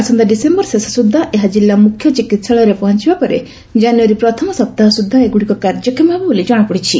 ଆସନ୍ତା ଡିସେମ୍ସର ଶେଷ ସୁଦ୍ଧା ଏହା ଜିଲ୍ଲା ମୁଖ୍ୟ ଚିକିହାଳୟରେ ପହଞ୍ ବା ପରେ ଜାନୁୟାରୀ ପ୍ରଥମ ସପ୍ତାହ ସୁଦ୍ଧା ଏଗୁଡିକ କାର୍ଯ୍ୟକ୍ଷମ ହେବ ବୋଲି ଜଣାପଡିଛି